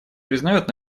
признает